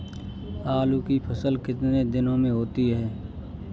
आलू की फसल कितने दिनों में होती है?